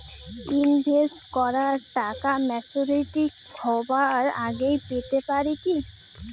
Invest করা টাকা maturity হবার আগেই পেতে পারি কি?